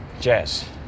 jazz